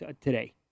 today